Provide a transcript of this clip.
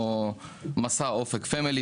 למשל, מסע אופק פמילי.